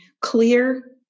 clear